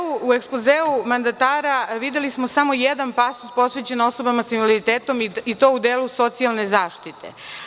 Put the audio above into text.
U ekspozeu mandatara videli smo samo jedan pasus posvećen osobama sa invaliditetom, i to u delu socijalne zaštite.